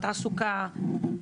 תעסוקה.